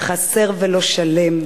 חסר ולא שלם,